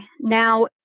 Now